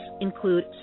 include